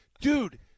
dude